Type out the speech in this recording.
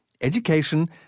education